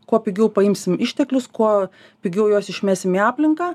kuo pigiau paimsim išteklius kuo pigiau juos išmesim į aplinką